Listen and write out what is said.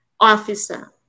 officer